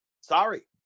Sorry